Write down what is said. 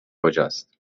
کجاست